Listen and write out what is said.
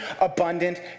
abundant